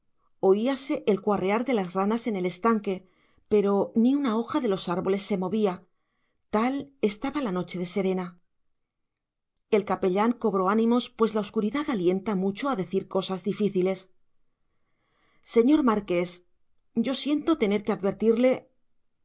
huerto oíase el cuarrear de las ranas en el estanque pero ni una hoja de los árboles se movía tal estaba la noche de serena el capellán cobró ánimos pues la oscuridad alienta mucho a decir cosas difíciles señor marqués yo siento tener que advertirle